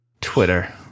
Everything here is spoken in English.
Twitter